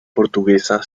portuguesa